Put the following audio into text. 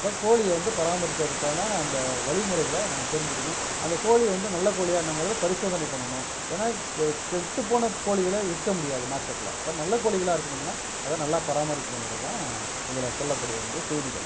அப்போ கோழிய வந்து பராமரிக்கிறதுக்கான அந்த வழிமுறைகள நம்ம தெரிஞ்சிக்கணும் அந்த கோழிய வந்து நல்ல கோழியா என்னாங்கிறதை பரிசோதனை பண்ணணும் ஏன்னா கெ கெட்டு போன கோழிகள விற்க முடியாது மார்க்கெட்டில் அப்போ நல்ல கோழிகளா இருக்கணும்னால் அதை நல்லா பராமரிக்கணுங்கிறது தான் இதில் சொல்லப்பட வேண்டிய செய்திகள்